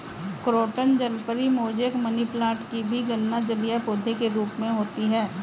croton जलपरी, mosaic, money plant की भी गणना जलीय पौधे के रूप में होती है